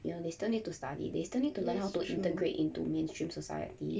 you know they still need to study they still need to learn how to integrate into mainstream society